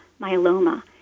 myeloma